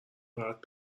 راحت